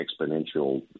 exponential